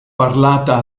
parlata